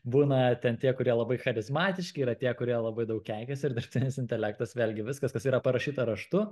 būna ten tie kurie labai charizmatiški yra tie kurie labai daug keikiasi ir dirbtinis intelektas vėlgi viskas kas yra parašyta raštu